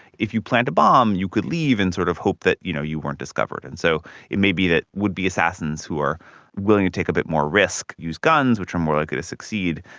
if you plant a bomb you could leave and sort of hope that you know you weren't discovered. and so it may be that would-be assassins who are willing to take a bit more risk use guns which are more likely to succeed,